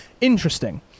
Interesting